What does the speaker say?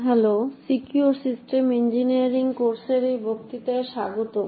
hello secure system engineering কোর্সের এই বক্তৃতায় স্বাগতম